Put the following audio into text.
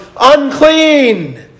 unclean